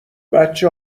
بچه